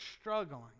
struggling